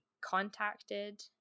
contacted